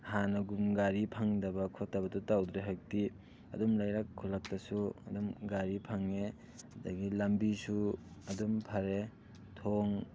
ꯍꯥꯟꯅꯒꯨꯝ ꯒꯥꯔꯤ ꯐꯪꯗꯕ ꯈꯣꯠꯇꯕꯗꯨ ꯇꯧꯗ꯭ꯔꯦ ꯍꯧꯖꯤꯛꯇꯤ ꯑꯗꯨꯝ ꯂꯩꯔꯛ ꯈꯨꯂꯛꯇꯁꯨ ꯑꯗꯨꯝ ꯒꯥꯔꯤ ꯐꯪꯉꯦ ꯑꯗꯒꯤ ꯂꯝꯕꯤꯁꯨ ꯑꯗꯨꯝ ꯐꯔꯦ ꯊꯣꯡ